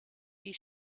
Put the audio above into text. die